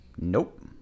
Nope